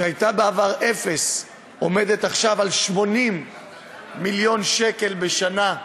שהיה בעבר אפס, עומד עכשיו על 80 מיליון שקל בשנה,